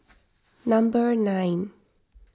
number nine